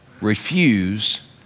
Refuse